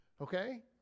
Okay